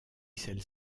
celles